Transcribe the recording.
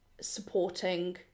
supporting